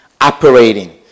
operating